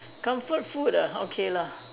comfort food ah okay lah